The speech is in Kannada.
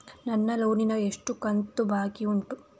ನನ್ನ ಲೋನಿನ ಎಷ್ಟು ಕಂತು ಬಾಕಿ ಉಂಟು?